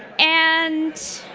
and